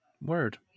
Word